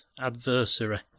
adversary